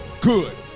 good